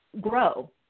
grow